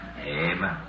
Amen